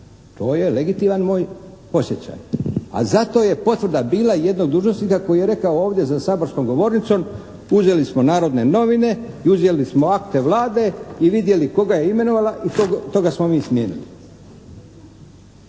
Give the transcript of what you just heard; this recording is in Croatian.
To je legitiman moj osjećaj. A zato je potvrda bila jedan od dužnosnika koji je rekao ovdje za saborskom govornicom, uzeli smo "Narodne novine" i uzeli smo akte Vlade i vidjeli koga je imenovala i toga smo mi smijenili.